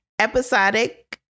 Episodic